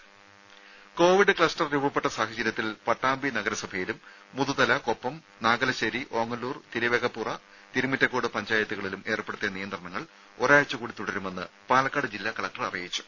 ദേദ covid cluster രൂപപ്പെട്ട സാഹചര്യത്തിൽ പട്ടാമ്പി നഗരസഭയിലും മുതുതല കൊപ്പം നാഗലശ്ശേരി ഓങ്ങല്ലൂർ തിരുമിറ്റക്കോട് പഞ്ചായത്തുകളിലും തിരുവേഗപ്പുറ ഏർപ്പെടുത്തിയ നിയന്ത്രണങ്ങൾ ഒരാഴ്ചകൂടി തുടരുമെന്ന് പാലക്കാട് ജില്ലാ കലക്ടർ അറിയിച്ചു